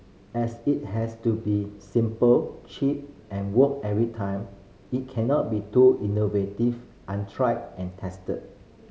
as it has to be simple cheap and work every time it cannot be too innovative untried and tested